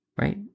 right